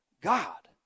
God